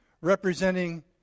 representing